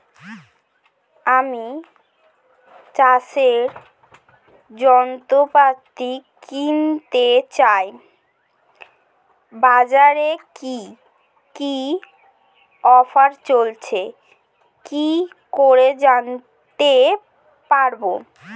আমি চাষের যন্ত্রপাতি কিনতে চাই বাজারে কি কি অফার চলছে কি করে জানতে পারবো?